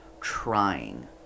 trying